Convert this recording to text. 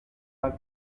are